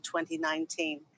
2019